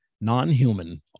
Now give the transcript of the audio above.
non-human